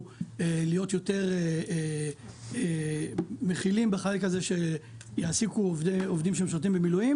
להיות יותר מכילים בחלק הזה שיעסיקו עובדים שמשרתים במילואים